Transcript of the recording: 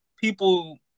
people